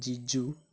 Jiju